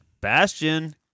Bastion